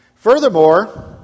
Furthermore